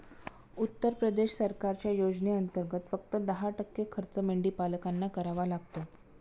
उत्तर प्रदेश सरकारच्या योजनेंतर्गत, फक्त दहा टक्के खर्च मेंढीपालकांना करावा लागतो